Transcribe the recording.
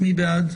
מי בעד?